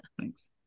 thanks